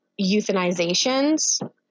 euthanizations